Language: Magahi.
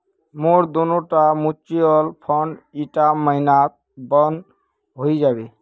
मोर दोनोटा म्यूचुअल फंड ईटा महिनात बंद हइ जाबे